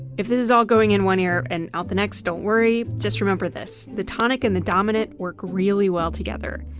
if this is all going in one ear and out the next don't worry. just remember this, the tonic and dominant work really well together.